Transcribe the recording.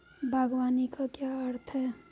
बागवानी का क्या अर्थ है?